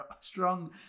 strong